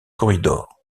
corridor